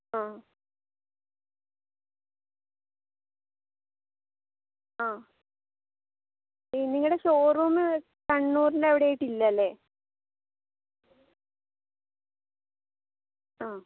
ആ ആ ഈ നിങ്ങളുടെ ഷോ റൂം കണ്ണൂരിൻ്റെ അവിടെയായിട്ട് ഇല്ലാല്ലേ ആ